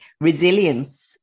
resilience